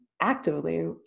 actively